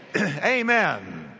amen